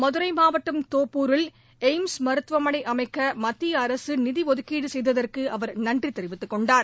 மதுரை மாவட்டம் தோப்பூரில் எய்ம்ஸ் மருத்துவமனை அமைக்க மத்திய அரசு நிதி ஒதுக்கீடு செய்ததற்கு அவர் நன்றி தெரிவித்துக் கொண்டார்